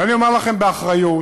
אני אומר לכם באחריות